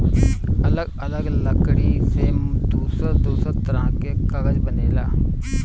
अलग अलग लकड़ी से दूसर दूसर तरह के कागज बनेला